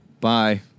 Bye